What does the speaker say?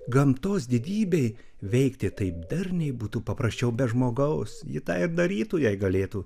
gamtos didybei veikti taip darniai būtų paprasčiau be žmogaus ji tą ir darytų jei galėtų